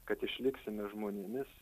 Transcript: kad išliksime žmonėmis